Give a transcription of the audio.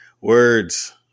Words